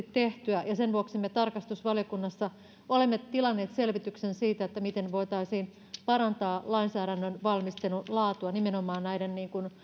tehty ja ja sen vuoksi me tarkastusvaliokunnassa olemme tilanneet selvityksen siitä miten voitaisiin parantaa lainsäädännön valmistelun laatua nimenomaan